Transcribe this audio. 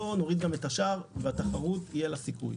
נוריד גם את השאר והתחרות תהיה הסיכוי.